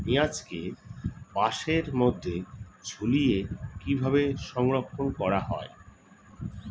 পেঁয়াজকে বাসের মধ্যে ঝুলিয়ে কিভাবে সংরক্ষণ করা হয়?